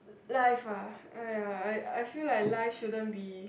life ah !aiya! I I feel like life shouldn't be